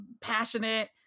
passionate